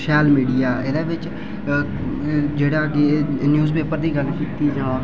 शैल मीडिया एह् एह्दे बिच जेह्दा कि न्यूज़ पेपर दी गल्ल कीती जा